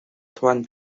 twin